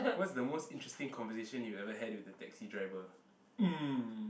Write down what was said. what's the most interesting conversation you've ever had with the taxi driver